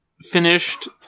finished